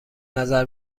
نظر